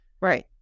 Right